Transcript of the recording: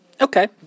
Okay